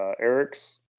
Eric's